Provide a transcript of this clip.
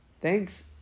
Thanks